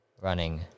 running